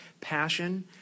passion